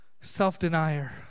Self-denier